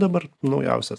dabar naujausias